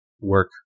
work